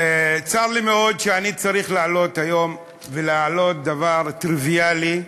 צר לי מאוד שאני צריך לעלות היום ולהעלות דבר טריוויאלי,